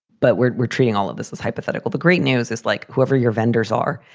but we're we're treating all of this as hypothetical. the great news is like whoever your vendors are,